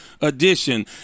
edition